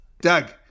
Doug